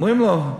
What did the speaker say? אומרים לו: